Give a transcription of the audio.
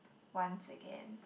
once again